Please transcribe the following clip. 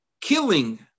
killing